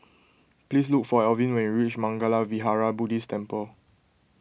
please look for Elvin when you reach Mangala Vihara Buddhist Temple